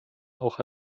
auch